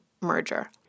merger